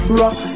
rock